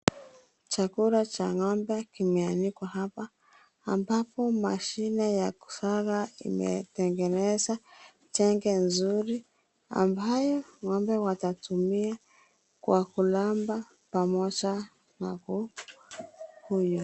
Chakula cha ng'ombe kimeanikwa hapa ambapo mashine ya kusiaga imetengeneza jenge nzuri ambayo ng'ombe watatumia kwa kulamba pamoja na kukunywa.